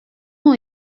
ont